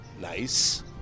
Nice